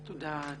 תודה.